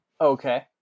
Okay